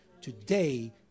Today